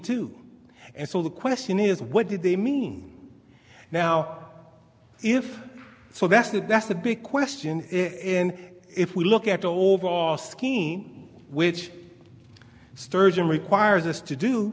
two and so the question is what did they mean now if so that's the that's the big question if we look at overall scheme which sturgeon requires us to do